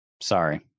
Sorry